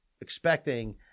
expecting